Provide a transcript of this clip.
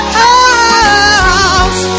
house